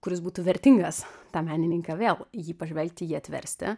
kuris būtų vertingas tą menininką vėl į jį pažvelgti jį atversti